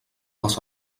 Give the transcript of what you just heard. les